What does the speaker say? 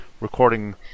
recording